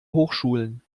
hochschulen